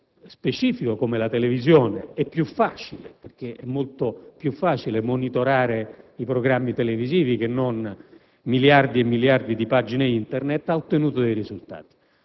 situazione è certamente più agevole perché è molto più facile monitorare i programmi televisivi che non miliardi e miliardi di pagine Internet, ha ottenuto dei risultati.